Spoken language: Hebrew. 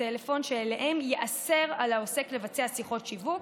טלפון שאליהם ייאסר על העוסק לבצע שיחות שיווק,